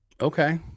Okay